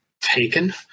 taken